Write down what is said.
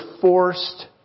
forced